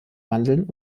mandeln